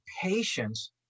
patience